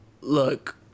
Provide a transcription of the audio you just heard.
look